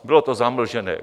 Bylo to zamlžené.